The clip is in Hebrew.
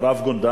רב-גונדר.